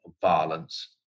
violence